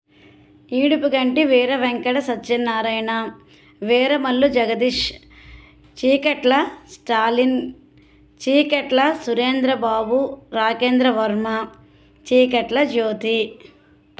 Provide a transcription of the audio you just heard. Edupuganti Veera Venkata Satyanarayana Veeramallu Jagadish Cheekatla Stalin Cheekatla Surendra Babu Rakendra Varma Cheekatla Jyothi